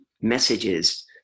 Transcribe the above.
messages